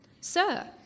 Sir